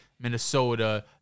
Minnesota